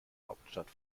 hauptstadt